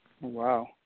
wow